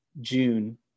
June